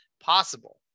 possible